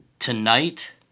Tonight